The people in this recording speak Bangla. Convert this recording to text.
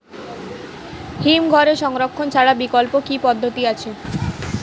হিমঘরে সংরক্ষণ ছাড়া বিকল্প কি পদ্ধতি আছে?